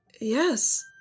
yes